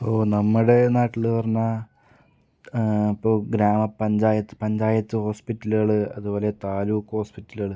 ഇപ്പോൾ നമ്മുടെ നാട്ടിൽ പറഞ്ഞാൽ ഇപ്പോൾ ഗ്രാമപഞ്ചായത്ത് പഞ്ചായത്ത് ഹോസ്പിറ്റലുകൾ അതുപോലെ താലൂക്ക് ഹോസ്പിറ്റലുകൾ